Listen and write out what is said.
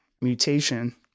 mutation